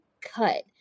cut